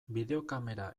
bideokamera